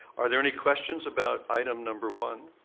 are there any questions about item number one?